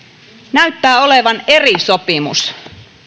näyttää olevan eri sopimus